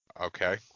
Okay